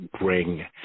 bring